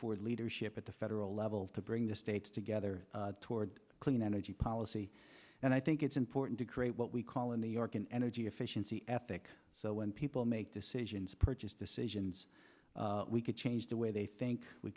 for leadership at the federal level to bring the states together toward clean energy policy and i think it's important to create what we call in new york an energy efficiency ethic so when people make decisions purchase decisions we could change the way they think we